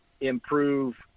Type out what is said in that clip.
improve